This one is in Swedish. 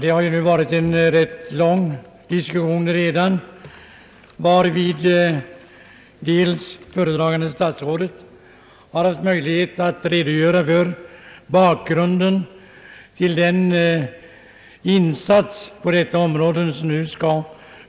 Det har redan varit en rätt lång diskussion i denna fråga, varvid föredragande statsrådet har haft möjlighet att redogöra för bakgrunden till den insats på detta område som nu skall